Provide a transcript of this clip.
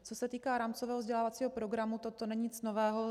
Co se týká rámcového vzdělávacího programu, toto není nic nového.